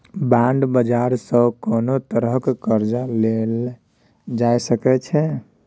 bond बाजार सँ कोनो तरहक कर्जा लेल जा सकै छै